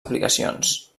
aplicacions